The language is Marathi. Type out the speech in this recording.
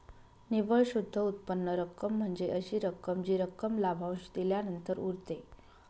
निव्वळ शुद्ध उत्पन्न रक्कम म्हणजे अशी रक्कम जी रक्कम लाभांश दिल्यानंतर उरते